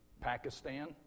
Pakistan